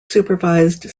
supervised